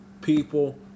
people